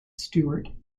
stuart